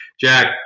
Jack